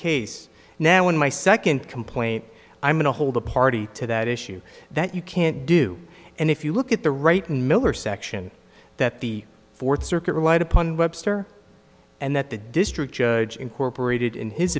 case now in my second complaint i'm going to hold a party to that issue that you can't do and if you look at the right and miller section that the fourth circuit relied upon webster and that the district judge incorporated in his